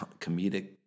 comedic